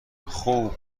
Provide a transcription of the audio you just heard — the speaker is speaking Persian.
خوب